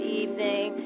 evening